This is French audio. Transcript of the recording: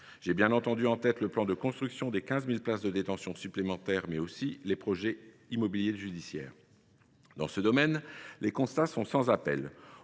tête, bien entendu, le plan de construction des 15 000 places de détention supplémentaires, mais aussi les projets immobiliers judiciaires. Dans ce domaine, les constats sont sans appel.